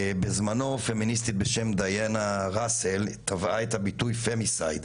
בזמנו פמיניסטית בשם דיאנה ראסל טבעה את הביטוי Femicide,